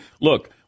look